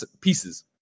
pieces